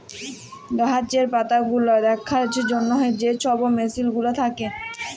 গাহাচের পাতাগুলা দ্যাখার জ্যনহে যে ছব মেসিল গুলা থ্যাকে